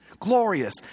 Glorious